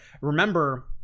remember